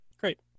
Great